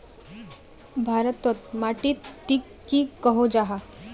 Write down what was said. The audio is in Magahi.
भारत तोत माटित टिक की कोहो जाहा?